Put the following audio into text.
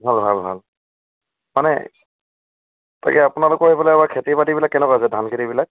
ভাল ভাল ভাল মানে তাকে আপোনালোকৰ এইফেলে এইবাৰ খেতি বাতিবিলাক কেনেকুৱা আছে ধান খেতিবিলাক